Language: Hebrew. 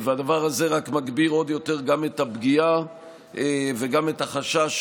והדבר הזה רק מגביר עוד יותר גם את הפגיעה וגם את החשש